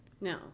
no